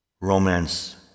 Romance